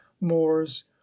moors